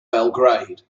belgrade